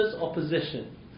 opposition